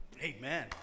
Amen